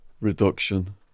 reduction